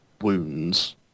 wounds